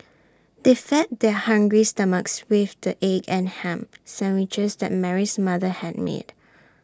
they fed their hungry stomachs with the egg and Ham Sandwiches that Mary's mother had made